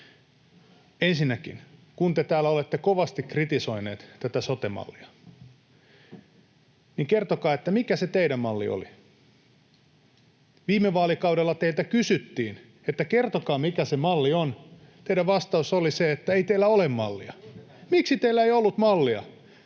Ensinnäkin: Kun te täällä olette kovasti kritisoineet tätä sote-mallia, niin kertokaa, mikä se teidän mallinne oli. Viime vaalikaudella teiltä kysyttiin, että kertokaa, mikä se malli on. Teidän vastauksenne oli, että ei teillä ole mallia. Miksi teillä ei ollut mallia,